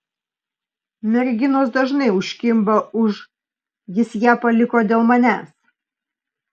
merginos dažnai užkimba už jis ją paliko dėl manęs